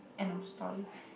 end of story